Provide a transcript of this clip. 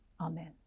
amen